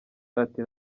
ati